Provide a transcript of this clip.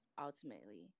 ultimately